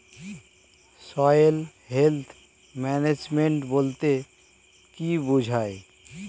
Soil health management বলতে কি বুঝায়?